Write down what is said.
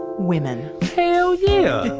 women. hell yeah!